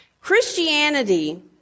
Christianity